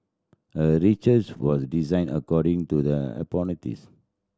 a research was designed according to the hypothesis